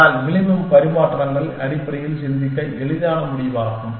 ஆனால் விளிம்பு பரிமாற்றங்கள் அடிப்படையில் சிந்திக்க எளிதான முடிவாகும்